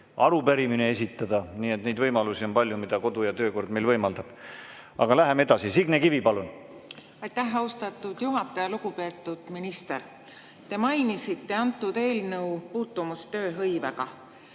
järelpärimisi, esitada arupärimine. Neid võimalusi on palju, mida kodu- ja töökord meil võimaldab. Aga läheme edasi. Signe Kivi, palun! Aitäh, austatud juhataja! Lugupeetud minister! Te mainisite antud eelnõu puutumust tööhõivega.